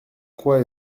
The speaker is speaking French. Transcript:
quoi